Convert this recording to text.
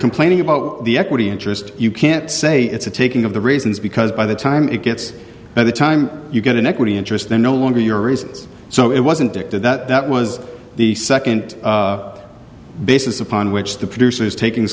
complaining about the equity interest you can't say it's a taking of the reasons because by the time it gets by the time you get an equity interest they're no longer your reasons so it wasn't directed that that was the second basis upon which the producers taking